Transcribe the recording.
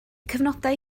cyfnodau